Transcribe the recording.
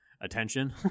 attention